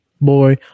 boy